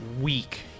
weak